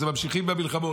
אז הם ממשיכים במלחמות.